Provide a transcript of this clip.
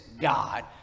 God